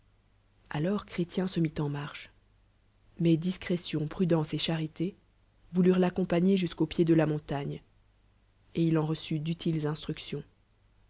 alora chrétien se mit en marche mais discrétion prudençe et charité vouurent l'accompagner jusqu'au pied de la montagne et il en reçut d'utiles instructions